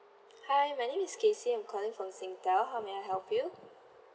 hi my name is kacey I'm calling from Singtel how may I help you